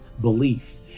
belief